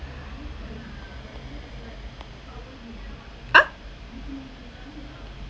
ah